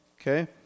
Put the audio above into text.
Okay